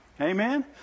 Amen